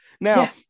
now